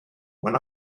when